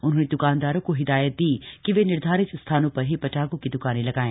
उन्होंने द्रकानदारों को हिदायत दी कि वे निर्धारित स्थानों पर ही पटाखों की द्कानें लगाएं